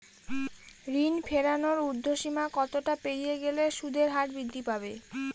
ঋণ ফেরানোর উর্ধ্বসীমা কতটা পেরিয়ে গেলে সুদের হার বৃদ্ধি পাবে?